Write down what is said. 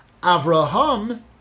Avraham